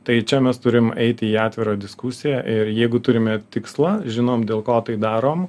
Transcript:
tai čia mes turim eiti į atvirą diskusiją ir jeigu turime tikslą žinom dėl ko tai darom